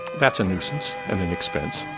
that's a nuisance and an expense.